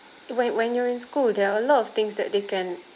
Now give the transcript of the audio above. when when you're in school there are a lot of things that they can